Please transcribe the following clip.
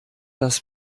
das